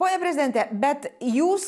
pone prezidente bet jūs